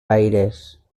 aires